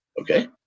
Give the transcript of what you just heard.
okay